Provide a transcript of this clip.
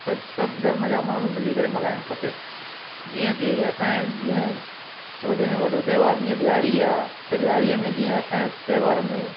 सभु सभु धर्म जा माण्हू मिली करे मल्हाइण खपे जीअं की असांजे जीअं वॾे में वॾो तहिवार जीअं ॾियारी आहे त ॾियारीअ में जीअं असांजे तहिवार में